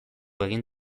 egin